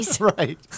Right